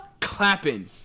Clapping